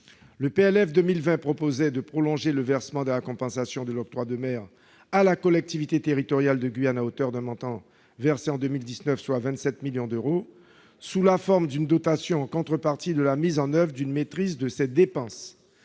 pour 2020 prévoyait de prolonger le versement de la compensation de l'octroi de mer à la collectivité territoriale de Guyane à hauteur du montant versé en 2019, soit 27 millions d'euros, sous la forme d'une dotation en contrepartie de la mise en oeuvre d'une maîtrise de ses dépenses.